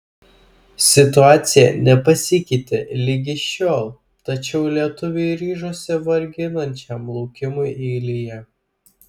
situacija nepasikeitė ligi šiol tačiau lietuviai ryžosi varginančiam laukimui eilėje